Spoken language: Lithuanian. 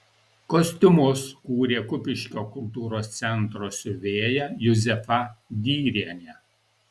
kostiumus kūrė kupiškio kultūros centro siuvėja juzefa dyrienė